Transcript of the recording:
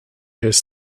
his